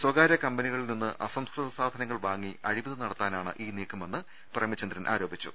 സ്വകാര്യ കമ്പനികളിൽനിന്ന് അസംസ്കൃത സാധന ങ്ങൾ വാങ്ങി അഴിമതി നടത്താനാണ് ഈ നീക്കമെന്ന് പ്രേമചന്ദ്രൻ ആരോപിച്ചു